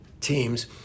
teams